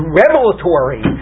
revelatory